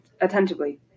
attentively